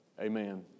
amen